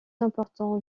important